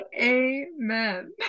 Amen